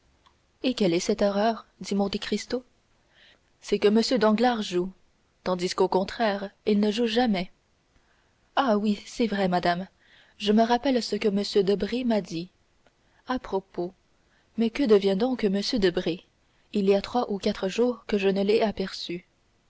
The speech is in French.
et quelle est cette erreur dit monte cristo c'est que m danglars joue tandis qu'au contraire il ne joue jamais ah oui c'est vrai madame je me rappelle que m debray m'a dit à propos mais que devient donc m debray il y a trois ou quatre jours que je ne l'ai aperçu